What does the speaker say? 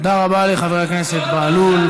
תודה רבה לחבר הכנסת בהלול.